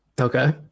Okay